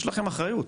יש לכם אחריות.